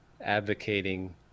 advocating